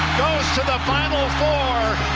to the final four